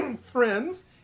friends